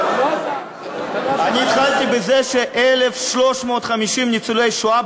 התחלתי בזה ש-1,350 ניצולי שואה,